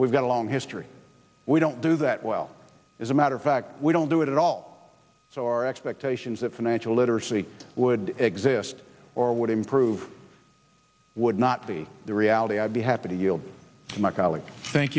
we've got a long history we don't do that well as a matter of fact we don't do it at all so our expectation is that financial literacy would exist or would improve would not be the reality i'd be happy to yield to my colleague thank